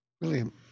William